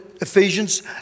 Ephesians